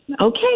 Okay